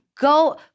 Go